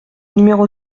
numéro